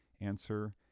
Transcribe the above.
Answer